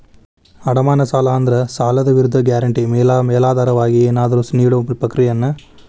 ಅಡಮಾನ ಸಾಲ ಅಂದ್ರ ಸಾಲದ್ ವಿರುದ್ಧ ಗ್ಯಾರಂಟಿ ಮೇಲಾಧಾರವಾಗಿ ಏನಾದ್ರೂ ನೇಡೊ ಪ್ರಕ್ರಿಯೆಯನ್ನ ಸೂಚಿಸ್ತದ